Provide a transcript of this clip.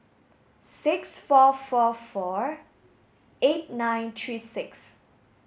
six four four four eight nine three six